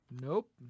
Nope